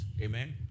Amen